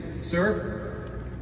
Sir